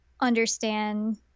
understand